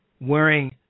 wearing